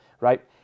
right